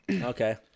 Okay